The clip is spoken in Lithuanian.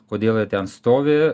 kodėl jie ten stovi